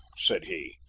said he.